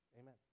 Amen